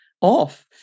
off